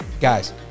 Guys